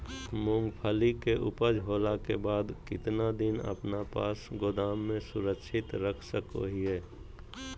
मूंगफली के ऊपज होला के बाद कितना दिन अपना पास गोदाम में सुरक्षित रख सको हीयय?